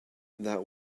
that